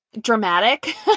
dramatic